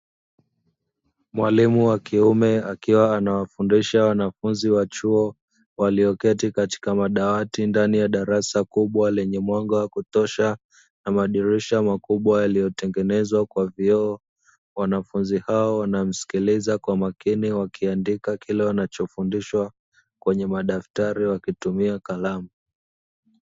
Mwalimu wa kiume akiwa anawafundisha wanafunzi wa chuo walioketi katika madawati ndani ya darasa kubwa lenye mwanga wa kutosha na madirisha makubwa yaliyotengenezwa kwa vioo. Wanafunzi hao wanamsikiliza kwa makini wakiandika kila wanachofundishwa kwenye madaftari wakutumia kalamu.